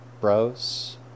bros